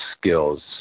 skills